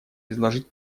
изложить